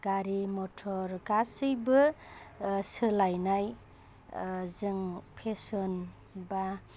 गारि मटर गासैबो सोलायनाय जों पेसन बा